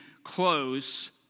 close